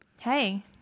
Hey